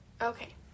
Okay